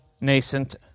nascent